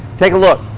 take a look.